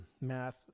math